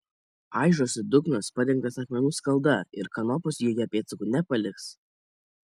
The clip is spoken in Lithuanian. aižosi dugnas padengtas akmenų skalda ir kanopos joje pėdsakų nepaliks